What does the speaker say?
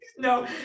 No